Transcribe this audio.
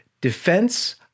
defense